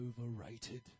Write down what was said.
overrated